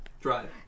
Drive